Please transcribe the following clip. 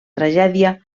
tragèdia